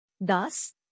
Thus